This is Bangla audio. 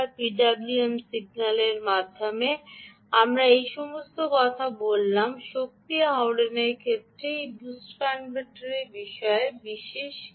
পিডব্লিউএম সিগন্যালের মাধ্যমে আমরা এই সমস্ত কথা বললাম শক্তি আহরণের ক্ষেত্রে এই বুস্ট কনভার্টারের বিষয়ে বিশেষ কী